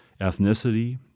ethnicity